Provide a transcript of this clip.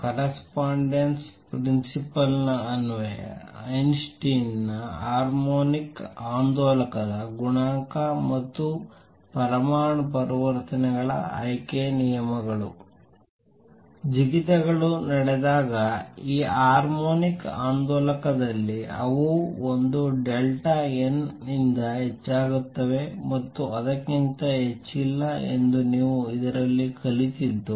correspondence principle ನ ಅನ್ವಯ Einstein ನ ಹಾರ್ಮೋನಿಕ್ ಆಂದೋಲಕದ ಗುಣಾಂಕ ಮತ್ತು ಪರಮಾಣು ಪರಿವರ್ತನೆಗಳ ಆಯ್ಕೆ ನಿಯಮಗಳು ಜಿಗಿತಗಳು ನಡೆದಾಗ ಈ ಹಾರ್ಮೋನಿಕ್ ಆಂದೋಲಕದಲ್ಲಿ ಅವು 1 ಡೆಲ್ಟಾ n ನಿಂದ ಹೆಚ್ಚಾಗುತ್ತವೆ ಮತ್ತು ಅದಕ್ಕಿಂತ ಹೆಚ್ಚಿಲ್ಲ ಎಂದು ನೀವು ಇದರಲ್ಲಿ ಕಲಿತದ್ದು